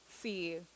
see